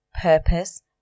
purpose